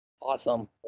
awesome